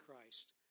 Christ